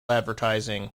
advertising